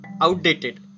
outdated